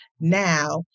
now